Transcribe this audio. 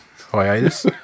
hiatus